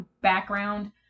background